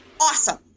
awesome